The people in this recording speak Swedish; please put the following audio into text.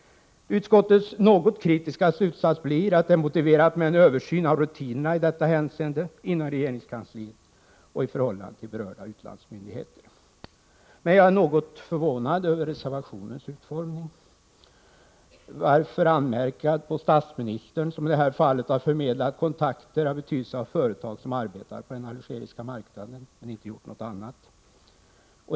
Utskottets något kritiska slutsats blir att det är motiverat med en översyn av rutinerna inom regeringskansliet och i förhållande till berörda utlandsmyndigheter. Jag är en aning förvånad över reservationens utformning. Varför anmärka på statsministern, som i detta fall har förmedlat kontakter av betydelse för företag som har arbetat på den algeriska marknaden men inte gjort något annat?